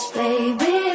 baby